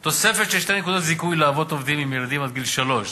תוספת של שתי נקודות זיכוי לאבות עובדים עם ילדים עד גיל שלוש.